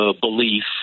belief